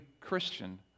Christian